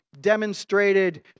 demonstrated